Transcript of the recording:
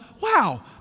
wow